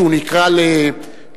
שהוא נקרא לחקירה,